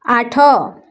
ଆଠ